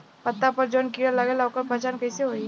पत्ता पर जौन कीड़ा लागेला ओकर पहचान कैसे होई?